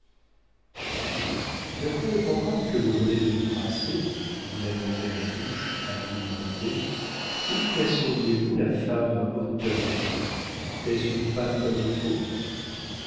d'après le programme que vous venez de nous tracer dit mademoiselle des touches à émile blondet où classeriez vous la femme auteur est-ce une femme comme il faut